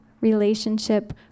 relationship